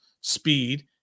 speed